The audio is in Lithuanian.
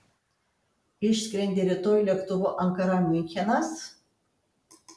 išskrendi rytoj lėktuvu ankara miunchenas